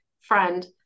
friend